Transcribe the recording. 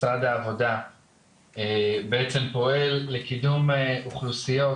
משרד העבודה פועל לקידום אוכלוסיות